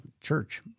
church